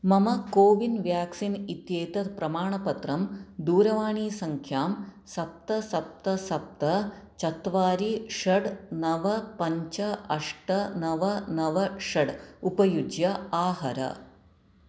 मम CoWIN vaccine इत्येतत् प्रमाणपत्रं दूरवाणीसङ्ख्यां सप्त सप्त सप्त चत्वारि षड् नव पञ्च अष्ट नव नव षड् उपयुज्य आहर